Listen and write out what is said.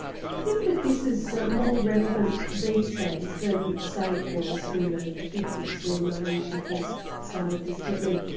do you think that this is so more relevant these days than, say, it was in the fifty s, when maharishi first started this technique?